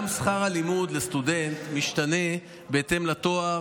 גם שכר הלימוד לסטודנט משתנה בהתאם לתואר